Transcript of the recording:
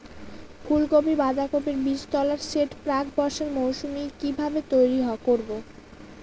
ফুলকপি বাধাকপির বীজতলার সেট প্রাক বর্ষার মৌসুমে কিভাবে তৈরি করব?